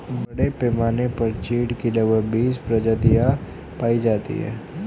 बड़े पैमाने पर चीढ की लगभग बीस प्रजातियां पाई जाती है